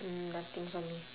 nothing for me